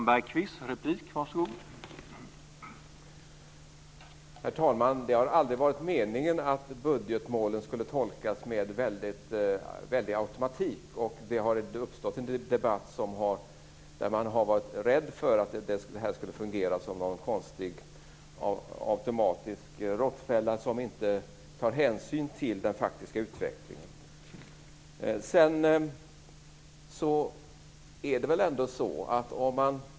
Herr talman! Det har aldrig varit meningen att budgetmålen skulle tolkas med stark automatik. Det har uppstått en debatt där man har varit rädd för att det här skulle fungera som en konstig automatisk råttfälla som slår till utan hänsyn till den faktiska utvecklingen.